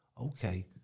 okay